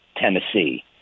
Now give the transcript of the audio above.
Tennessee